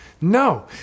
No